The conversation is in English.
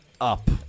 up